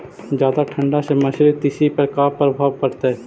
जादा ठंडा से मसुरी, तिसी पर का परभाव पड़तै?